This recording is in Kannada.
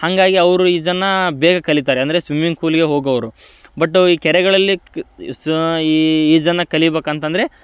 ಹಾಗಾಗಿ ಅವರು ಈಜನ್ನು ಬೇಗ ಕಲಿತಾರೆ ಅಂದರೆ ಸ್ವಿಮ್ಮಿಂಗ್ ಫೂಲಿಗೆ ಹೋಗೋವ್ರು ಬಟ್ಟು ಈ ಕೆರೆಗಳಲ್ಲಿ ಈ ಈಜನ್ನು ಕಲಿಬೇಕಂತಂದ್ರೆ